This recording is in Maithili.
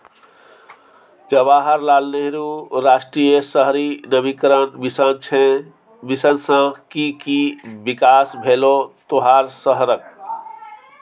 जवाहर लाल नेहरू राष्ट्रीय शहरी नवीकरण मिशन सँ कि कि बिकास भेलौ तोहर शहरक?